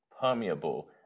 permeable